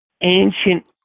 ancient